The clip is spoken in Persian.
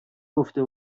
گفته